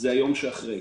היא היום שאחרי.